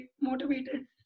motivated